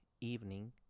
evening